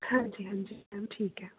ਹਾਂਜੀ ਹਾਂਜੀ ਮੈਮ ਠੀਕ ਹੈ